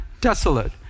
desolate